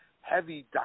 heavy